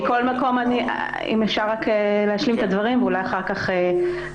מכל מקום אם אפשר רק להשלים את הדברים ואולי אחר כך חברתי,